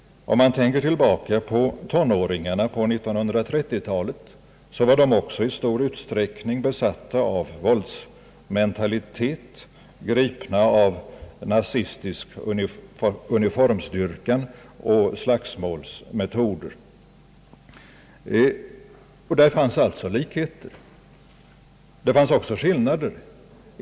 Tonåringarna på 1930-talet var också i stor utsträckning besatta av våldsmentalitet, gripna av nazistisk uniformsdyrkan och slagsmålsmetoder. Där finns alltså likheter, men där finns också skillnader.